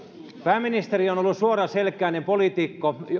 pääministeri on ollut suoraselkäinen poliitikko